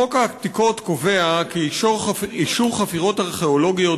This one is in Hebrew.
חוק העתיקות קובע כי אישור חפירות ארכיאולוגיות